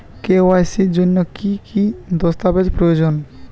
KYC এর জন্যে কি কি দস্তাবেজ প্রয়োজন?